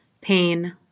pain